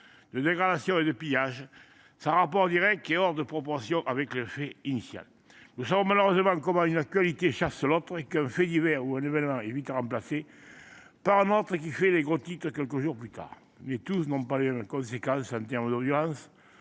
de dégradations et de pillages, sans rapport direct et hors de proportion avec le fait initial. Nous savons malheureusement comment une actualité chasse l’autre : un fait divers ou un événement est vite remplacé par un autre qui fait les gros titres quelques jours plus tard. Cependant, tous n’ont pas les mêmes conséquences violentes, entretenues,